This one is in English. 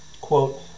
Quote